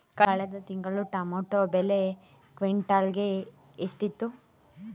ಕಳೆದ ತಿಂಗಳು ಟೊಮ್ಯಾಟೋ ಬೆಲೆ ಕ್ವಿಂಟಾಲ್ ಗೆ ಎಷ್ಟಿತ್ತು?